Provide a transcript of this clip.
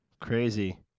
crazy